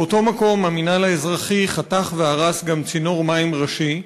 באותו מקום המינהל האזרחי חתך והרס גם צינור מים ראשי,